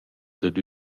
dad